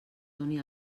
doni